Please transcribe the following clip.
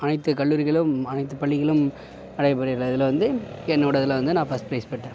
அனைத்து கல்லூரிகளும் அனைத்து பள்ளிகளும் நடைபெறதில் வந்து என்னோடதில் வந்து நான் ஃபஸ்ட் பிரைஸ் பெற்றேன்